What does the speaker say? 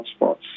hotspots